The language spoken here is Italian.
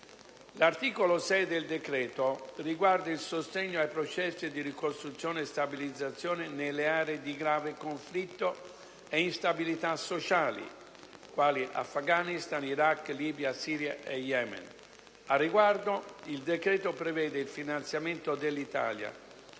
L'articolo 6 del decreto riguarda il sostegno ai processi di ricostruzione e stabilizzazione nelle aree di grave conflitto e instabilità sociale quali Afghanistan, Iraq, Libia, Siria e Yemen. Al riguardo il decreto prevede il finanziamento dell'Italia